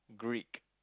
Greek